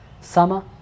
summer